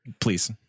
Please